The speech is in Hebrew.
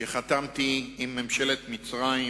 שחתמתי עם ממשלת מצרים,